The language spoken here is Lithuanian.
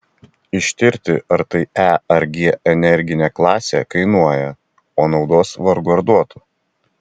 ištirti ar tai e ar g energinė klasė kainuoja o naudos vargu ar duotų